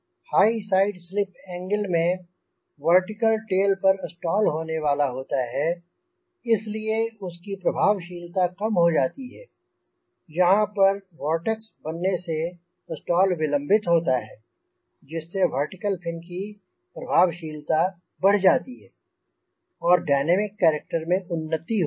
हाय side slip angle में vertical tail पर stall होने वाला होता है इसलिए उसकी प्रभावशीलता कम हो जाती है यहाँ पर वोर्टेक्स बनने से स्टॉल विलंबित होता है जिससे वर्टिकल फिन की प्रभावशीलता बढ़ जाती है और डायनैमिक कैरेक्टर में उन्नति होती है